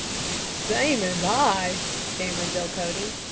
same as. i? stammered delcote.